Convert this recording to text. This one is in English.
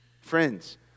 Friends